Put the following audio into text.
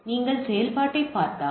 நீங்கள் செயல்பாட்டைப் பார்த்தால்